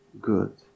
good